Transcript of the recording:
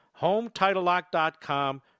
HometitleLock.com